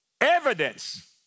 Evidence